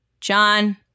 John